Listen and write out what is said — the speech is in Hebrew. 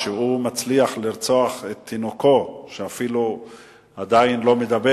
שהוא מצליח לרצוח את תינוקו שעדיין אפילו לא מדבר